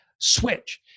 switch